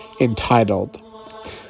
Entitled